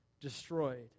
destroyed